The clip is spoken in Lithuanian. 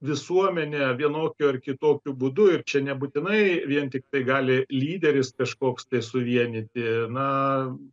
visuomenė vienokiu ar kitokiu būdu ir čia nebūtinai vien tik tai gali lyderis kažkoks tai suvienyti na